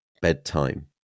bedtime